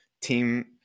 team